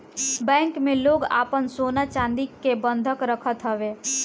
bank में लोग आपन सोना चानी के बंधक रखत हवे